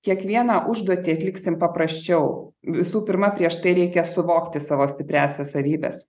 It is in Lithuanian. kiekvieną užduotį atliksim paprasčiau visų pirma prieš tai reikia suvokti savo stipriąsias savybes